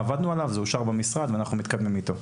הוא אושר במשרד ואנחנו מתקדמים איתו.